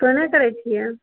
कोना करै छियै